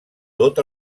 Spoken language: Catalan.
tot